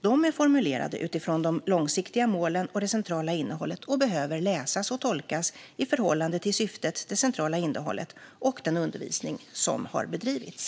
De är formulerade utifrån de långsiktiga målen och det centrala innehållet och behöver läsas och tolkas i förhållande till syftet, det centrala innehållet och den undervisning som har bedrivits.